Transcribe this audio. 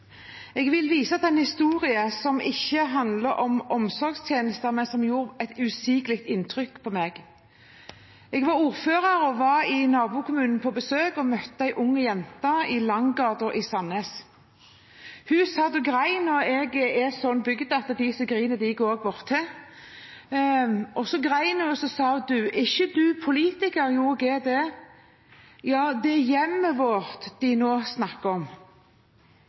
og var i nabokommunen på besøk og møtte en ung jente i Langgata i Sandnes. Hun satt og gråt, og jeg er sånn lagd at de som gråter, går jeg bort til. Hun gråt, og så sa hun: Er ikke du politiker? Jo, jeg er det. Så sa hun: Ja, det hjemmet vårt de nå snakker om